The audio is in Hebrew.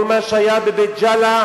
כל מה שהיה בבית-ג'אלה,